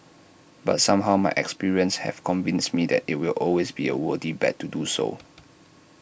but somehow my experiences have convinced me that IT will always be A worthy bet to do so